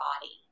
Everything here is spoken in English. body